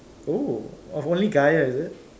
oo of only Gaia is it